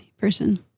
person